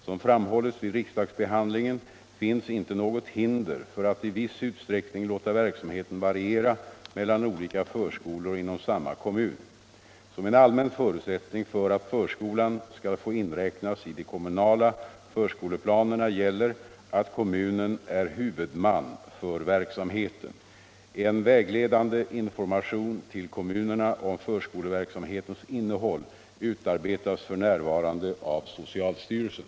Som framhållits vid riksdagsbehandlingen finns inte något hinder för att i viss utsträckning låta verksamheten variera mellan olika förskolor inom samma kommun. Som en allmän förutsättning för att förskolan skall få inräknas i de kommunala förskoleplanerna gäller att kommunen är huvudman för verksamheten. En vägledande information till kommunerna om förskoleverksamhetens innehåll utarbetas f.n. av socialstyrelsen.